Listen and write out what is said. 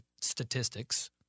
statistics